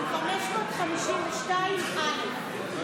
552 א'.